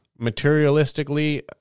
Materialistically